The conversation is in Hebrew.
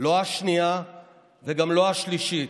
לא השנייה וגם לא השלישית.